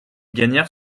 gagnèrent